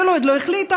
היא עוד לא החליטה,